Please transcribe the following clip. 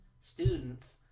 students –